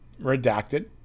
redacted